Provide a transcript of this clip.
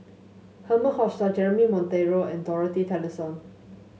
Herman Hochstadt Jeremy Monteiro and Dorothy Tessensohn